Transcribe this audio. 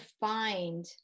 find